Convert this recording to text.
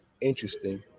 interesting